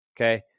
Okay